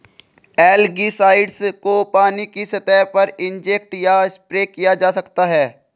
algicides को पानी की सतह पर इंजेक्ट या स्प्रे किया जा सकता है